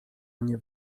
mnie